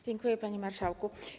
Dziękuję, panie marszałku.